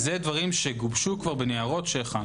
אלה דברים שגובשו בניירות שהכנו,